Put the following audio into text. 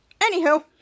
anywho